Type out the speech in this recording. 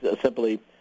simply